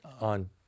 on